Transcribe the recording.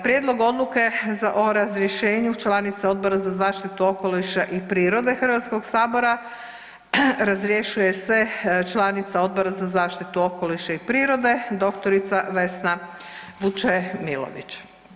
Prijedlog odluke o razrješenju članice Odbora za zaštitu okoliš i prirode Hrvatskog sabora razrješuje se članica odbora za zaštitu okoliša i prirode dr. Vesna Vučemilović.